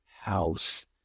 house